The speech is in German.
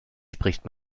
spricht